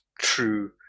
true